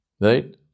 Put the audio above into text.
right